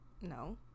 No